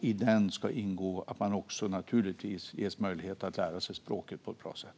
I den ska naturligtvis ingå att man ges möjlighet att lära sig språket på ett bra sätt.